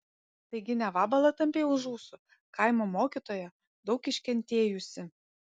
taigi ne vabalą tampei už ūsų kaimo mokytoją daug iškentėjusį